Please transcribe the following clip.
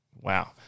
Wow